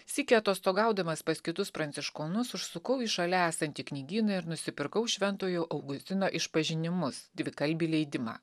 sykį atostogaudamas pas kitus pranciškonus užsukau į šalia esantį knygyną ir nusipirkau šventojo augustino išpažinimus dvikalbį leidimą